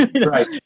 right